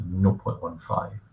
0.15